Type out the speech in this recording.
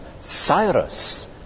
Cyrus